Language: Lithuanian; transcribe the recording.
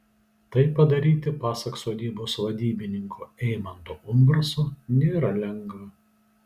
tai padaryti pasak sodybos vadybininko eimanto umbraso nėra lengva